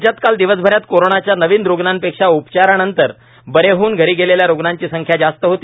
राज्यात काल दिवसभरात कोरोनाच्या नव्या रुग्णांपेक्षा उपचारानंतर बरे होऊन घरी गेलेल्या रुग्णांची संख्या जास्त होती